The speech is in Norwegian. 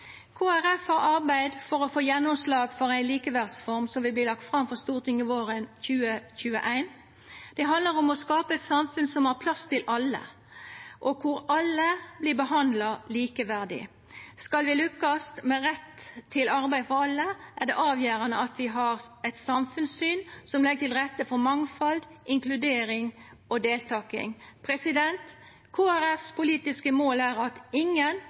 har arbeidd for å få gjennomslag for ei likeverdsreform som vil verta lagd fram for Stortinget våren 2021. Reforma handlar om å skapa eit samfunn som har plass til alle, og der alle vert behandla likeverdig. Skal vi lukkast med rett til arbeid for alle, er det avgjerande at vi har eit samfunnssyn som legg til rette for mangfald, inkludering og deltaking. Kristeleg Folkepartis politiske mål er at ingen